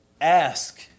ask